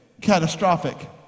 catastrophic